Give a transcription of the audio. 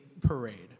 parade